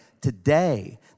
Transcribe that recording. today